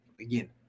Again